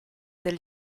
del